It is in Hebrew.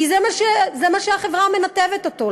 כי לזה החברה מנתבת אותו.